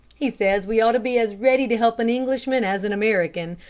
he says we ought to be as ready to help an englishman as an american,